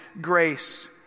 grace